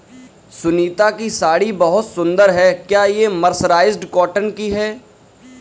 सुनीता की साड़ी बहुत सुंदर है, क्या ये मर्सराइज्ड कॉटन की है?